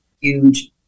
huge